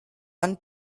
one